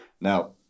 Now